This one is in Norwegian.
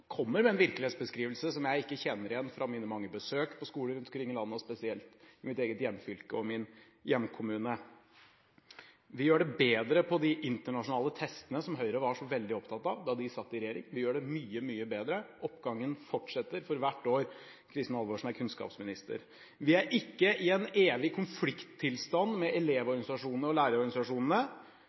kommer med en virkelighetsbeskrivelse som jeg ikke kjenner igjen fra mine mange besøk på skoler rundt omkring i landet og spesielt i mitt eget hjemfylke og i min hjemkommune. Vi gjør det bedre på de internasjonale testene, som Høyre var så veldig opptatt av da de satt i regjering. Vi gjør det mye, mye bedre. Oppgangen fortsetter for hvert år Kristin Halvorsen er kunnskapsminister. Vi er ikke i en evig konflikttilstand med elevorganisasjonene og lærerorganisasjonene.